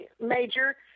major